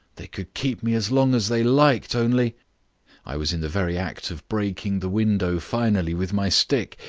they could keep me as long as they liked only i was in the very act of breaking the window finally with my stick,